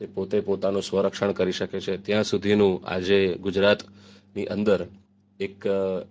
તે પોતે પોતાનું સ્વરક્ષણ કરી શકે છે ત્યાં સુધીનું આજે ગુજરાતની અંદર એક